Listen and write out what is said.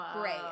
great